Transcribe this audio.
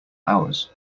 hours